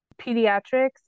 pediatrics